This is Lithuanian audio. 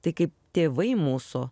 tai kaip tėvai mūsų